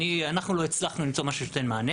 אנחנו לא הצלחנו למצוא משהו שייתן מענה